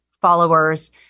followers